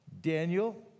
Daniel